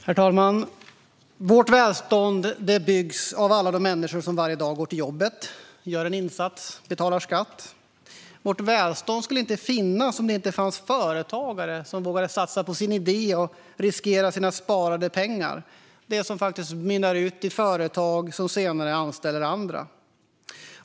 Herr talman! Vårt välstånd byggs av alla de människor som varje dag går till jobbet, gör en insats och betalar skatt. Vårt välstånd skulle inte finnas om det inte fanns företagare som vågade satsa på sin idé och riskera sina sparade pengar, det som faktiskt mynnar ut i företag som senare anställer andra.